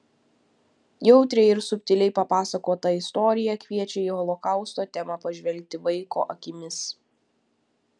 jautriai ir subtiliai papasakota istorija kviečia į holokausto temą pažvelgti vaiko akimis